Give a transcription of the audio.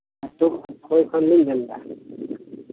ᱟᱛᱩ ᱠᱩᱯᱟᱹᱭ ᱠᱷᱚᱱᱞᱤᱧ ᱢᱮᱱᱫᱟ